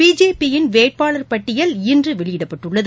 பிஜேபியின் வேட்பாளர் பட்டியல் இன்றுவெளியிடப்பட்டுள்ளது